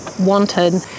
wanted